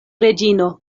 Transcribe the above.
reĝino